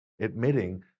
admitting